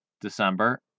December